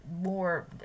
more